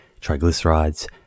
triglycerides